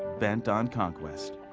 bent on conquest.